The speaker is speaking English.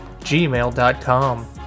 gmail.com